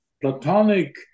platonic